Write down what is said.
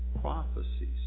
prophecies